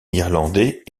irlandais